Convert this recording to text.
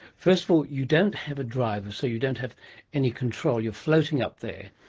first of all, you don't have a driver so you don't have any control, you're floating up there.